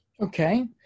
Okay